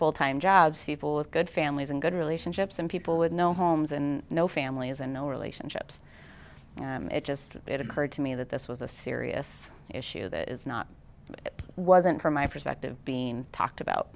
full time jobs people with good families and good relationships and people with no homes and no families and no relationships it just it occurred to me that this was a serious issue that is not it wasn't from my perspective being talked about